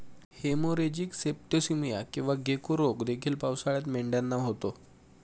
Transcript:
haemorrhagic septicaemia किंवा गेको रोग देखील पावसाळ्यात मेंढ्यांना होतो